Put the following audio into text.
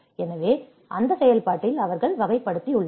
எனவே அந்த செயல்பாட்டில் அவர்கள் வகைப்படுத்தியுள்ளனர்